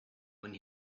when